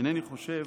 אינני חושב